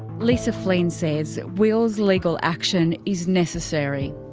lisa flynn says, will's legal action is necessary.